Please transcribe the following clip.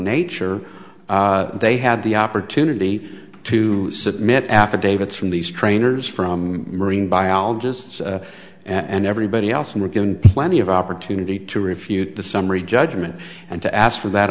nature they had the opportunity to submit affidavits from these trainers from marine biologists and everybody else and were given plenty of opportunity to refute the summary judgment and to ask for that